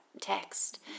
text